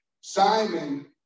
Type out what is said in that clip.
Simon